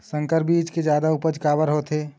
संकर बीज के जादा उपज काबर होथे?